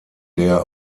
der